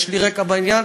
יש לי רקע בעניין,